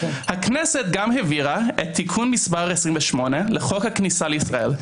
הכנסת גם העבירה את תיקון מס' 28 לחוק הכניסה לישראל,